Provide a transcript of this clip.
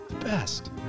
best